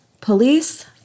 police